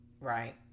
right